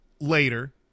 later